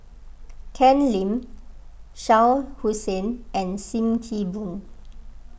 Ken Lim Shah Hussain and Sim Kee Boon